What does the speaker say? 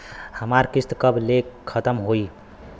हमार किस्त कब ले खतम होई?